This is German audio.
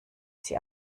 sie